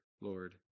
lord